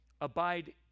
abide